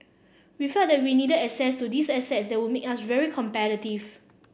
we felt that we needed access to these assets that would make us very competitive